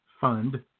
fund